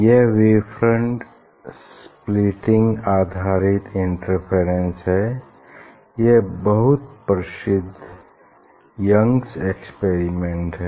यह wave front splitting आधारित interference है यह बहुत प्रसिद्ध यंगस एक्सपेरिमेंट है